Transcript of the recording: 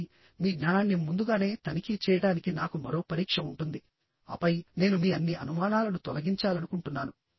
కాబట్టి మీ జ్ఞానాన్ని ముందుగానే తనిఖీ చేయడానికి నాకు మరో పరీక్ష ఉంటుంది ఆపై నేను మీ అన్ని అనుమానాలను తొలగించాలనుకుంటున్నాను